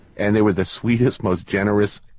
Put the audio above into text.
and they were the sweetest, most generous,